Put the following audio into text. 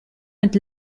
mit